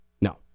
No